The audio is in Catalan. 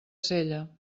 sella